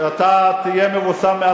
אני רואה את זה בסקרים.